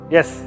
Yes